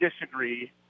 disagree